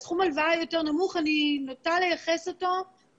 את סכום ההלוואה היותר נמוך אני נוטה לייחס לפעילות